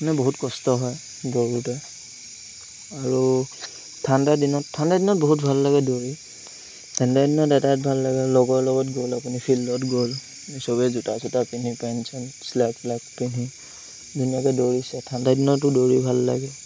মানে বহুত কষ্ট হয় দৌৰোঁতে আৰু ঠাণ্ডাৰ দিনত ঠাণ্ডা দিনত বহুত ভাল লাগে দৌৰি ঠাণ্ডা দিনত এটাই ভাল লাগে লগৰ লগত গ'ল আপুনি ফিল্ডত গ'ল চবেই জোতা চোতা পিন্ধি পেন চেন পিন্ধি ধুনীয়াকৈ দৌৰিছে ঠাণ্ডা দিনতো দৌৰি ভাল লাগে